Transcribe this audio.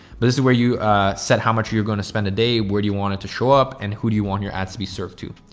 but this is where you said how much are you going to spend a day? where do you want it to show up and who do you want your ads to be served to?